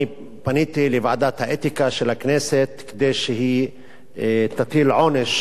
פניתי לוועדת האתיקה של הכנסת כדי שהיא תטיל עונש